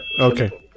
Okay